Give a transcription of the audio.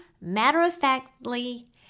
matter-of-factly